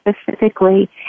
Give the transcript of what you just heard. specifically